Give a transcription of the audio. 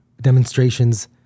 demonstrations